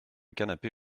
canapé